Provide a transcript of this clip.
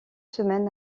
semaines